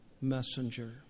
messenger